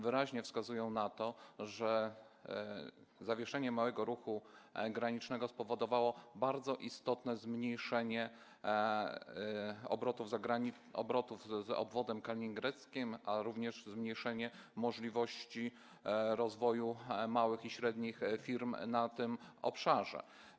Wyraźnie wskazują na to, że zawieszenie małego ruchu granicznego spowodowało bardzo istotne zmniejszenie obrotów z obwodem kaliningradzkim, jak również zmniejszenie możliwości rozwoju małych i średnich firm na tym obszarze.